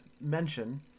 mention